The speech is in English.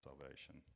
salvation